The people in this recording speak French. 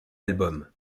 album